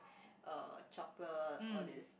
uh chocolate all these